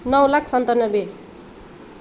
नौ लाख सन्तनब्बे